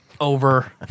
over